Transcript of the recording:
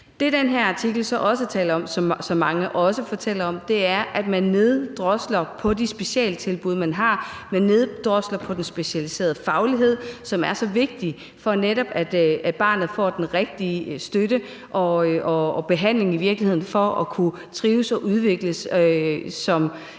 Det, den her artikel så også taler om, og som mange også fortæller om, er, at man neddrosler de specialtilbud, man har; man neddrosler den specialiserede faglighed, som netop er så vigtig, for at barnet i virkeligheden får den rigtige støtte og behandling for at kunne trives og udvikles som et